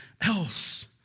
else